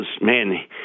man